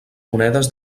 monedes